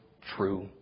true